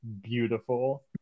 beautiful